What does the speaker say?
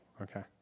Okay